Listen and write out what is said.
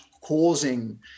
causing